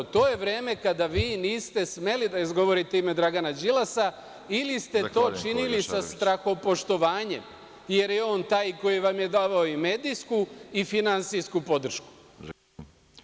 To je vreme kada vi niste smeli da izgovorite ime Dragana Đilasa ili ste to činili sa strahopoštovanjem, jer je on taj koji vam je davao i medijsku i finansijsku podršku.